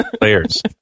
players